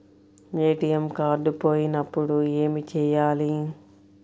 ATM card పోయినప్పుడు ఏమి చేయాలి?